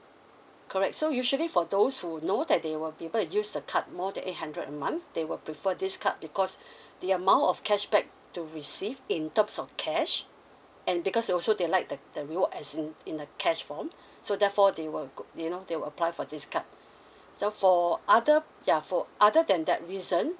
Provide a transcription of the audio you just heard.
correct so usually for those who know that they will be able to use the card more than eight hundred a month they will prefer this card because the amount of cashback to receive in terms of cash and because they also they like the the reward as in in a cash form so therefore they will go you know they will apply for this card then for other ya for other than that reason